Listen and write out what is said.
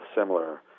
similar